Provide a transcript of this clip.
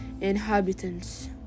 inhabitants